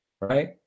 right